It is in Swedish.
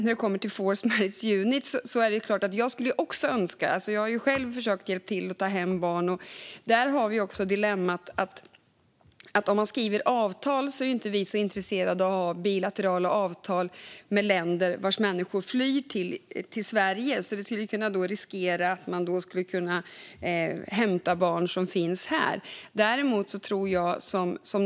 När det gäller Forced Marriage Unit har jag själv försökt hjälpa till att ta hem barn. Där har vi dilemmat att vi inte är så intresserade av bilaterala avtal med länder vars människor flyr till Sverige. Det skulle riskera att innebära att man kunde hämta barn som finns här.